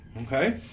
okay